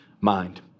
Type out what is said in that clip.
mind